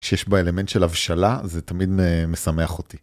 שיש בה אלמנט של הבשלה זה תמיד משמח אותי.